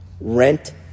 rent